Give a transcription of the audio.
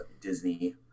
Disney